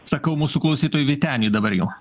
sakau mūsų klausytojui vyteniui dabar jau